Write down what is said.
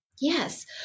Yes